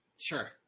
Sure